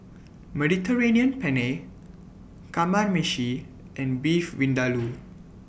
Mediterranean Penne Kamameshi and Beef Vindaloo